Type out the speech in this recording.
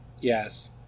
Yes